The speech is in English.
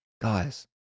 guys